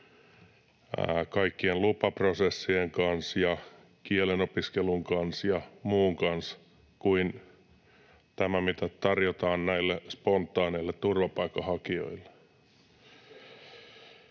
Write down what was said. kaikkien lupaprosessien kanssa ja kielen opiskelun kanssa ja muun kanssa kuin tämä, mitä tarjotaan näille spontaaneille turvapaikanhakijoille.